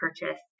purchase